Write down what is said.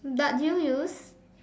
but do you use